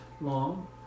long